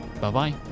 Bye-bye